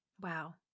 Wow